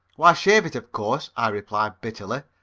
why, shave it, of course, i replied bitterly.